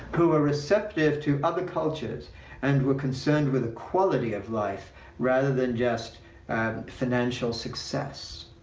who were receptive to other cultures and were concerned with quality of life rather than just financial success.